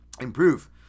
Improve